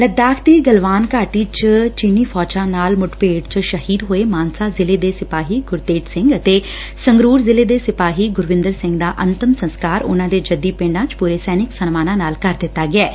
ਲੱਦਾਖ ਦੀ ਗਲਵਾਨ ਘਾਟੀ ਚ ਚੀਨੀ ਫੌਜਾ ਨਾਲ ਮੁੱਠਭੇੜ ਚ ਸ਼ਹੀਦ ਹੋਏ ਮਾਨਸਾ ਜ਼ਿਲ਼ੇ ਦੇ ਸਿਪਾਹੀ ਗੁਰਤੇਜ ਸਿੰਘ ਅਤੇ ਸੰਗਰੂਰ ਜ਼ਿਲੇ ਦੇ ਸਿਪਾਹੀ ਗੁਰਵਿੰਦਰ ਸਿੰਘ ਦਾ ਅੰਤਮ ਸੰਸਕਾਰ ਉਨਾਂ ਦੇ ਜੱਦੀ ਪਿੰਡਾਂ ਚ ਪੁਰੇ ਸੈਨਿਕ ਸਨਮਾਨਾਂ ਨਾਲ ਕਰ ਦਿੱਤਾ ਗਿਐਂ